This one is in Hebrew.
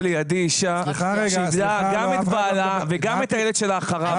לידי אישה שאיבדה גם את בעלה וגם את הילד שלה אחריו,